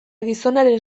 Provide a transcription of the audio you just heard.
gizonaren